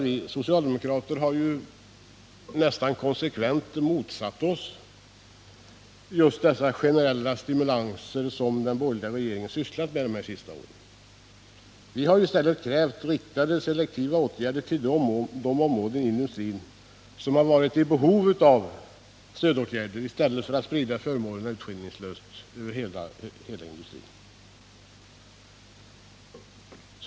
Vi socialdemokrater har nästan konsekvent motsatt oss de generella stimulanser som den borgerliga regeringen satsat på de senaste åren. Vi har krävt riktade — selektiva — åtgärder på de områden inom industrin som varit i behov av stödåtgärder i stället för en urskillningslös spridning av förmånerna över hela industrin.